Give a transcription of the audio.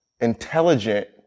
intelligent